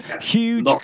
huge